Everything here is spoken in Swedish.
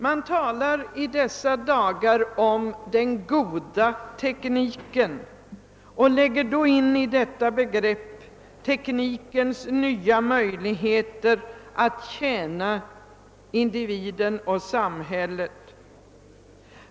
Man talar i dessa dagar om »den goda tekniken« och lägger då in i detta begrepp teknikens nya möjligheter att tjäna individen och samhället.